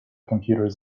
computers